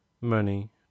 money